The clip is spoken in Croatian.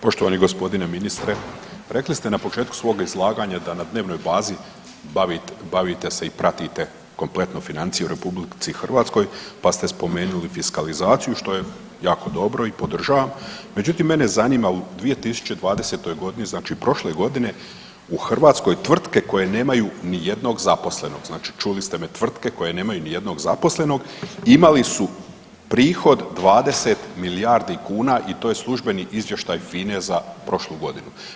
Poštovani gospodine ministre rekli ste na početku svoga izlaganja da na dnevnoj bazi bavite se i pratite kompletno financije u RH pa ste spomenuli fiskalizaciju što je jako dobro i podržavam, međutim mene zanima u 2020. godini znači prošle godine u Hrvatskoj tvrtke koje nemaju ni jednog zaposlenog, znači čuli ste me tvrtke koje nemaju ni jednog zaposlenog imali su prihod 20 milijardi kuna i to je službeni izvještaj FINE za prošlu godinu.